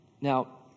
Now